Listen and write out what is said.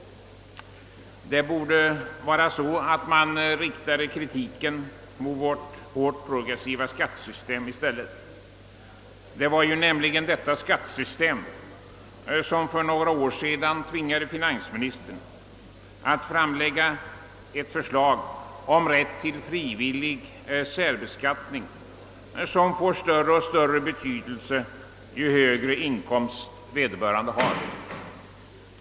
Man borde i stället rikta kritiken mot detta. Det var nämligen detta skattesystem som för några år sedan tvingade finansministern att framlägga ett förslag om rätt till frivillig särbeskattning, som får allt större betydelse ju högre inkomst vederbörande har.